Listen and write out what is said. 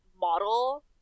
model